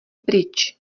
pryč